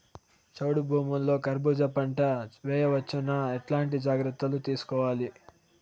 చౌడు భూముల్లో కర్బూజ పంట వేయవచ్చు నా? ఎట్లాంటి జాగ్రత్తలు తీసుకోవాలి?